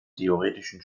theoretischen